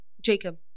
Jacob